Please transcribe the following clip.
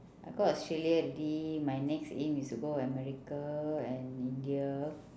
I go australia already my next aim is to go america and india